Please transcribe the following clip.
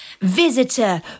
Visitor